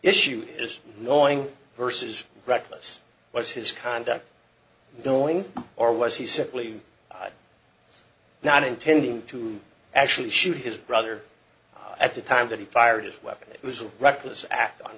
issue is knowing vs reckless was his conduct knowing or was he simply not intending to actually shoot his brother at the time that he fired his weapon it was a reckless act on